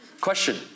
Question